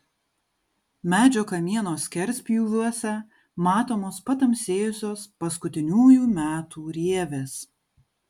medžio kamieno skerspjūviuose matomos patamsėjusios paskutiniųjų metų rievės